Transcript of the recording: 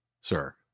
sir